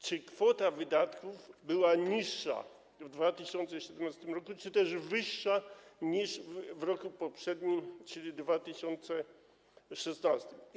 Czy kwota wydatków była niższa w 2017 r., czy też wyższa niż w roku poprzednim, czyli 2016?